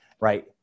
Right